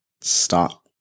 Stop